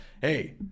Hey